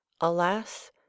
alas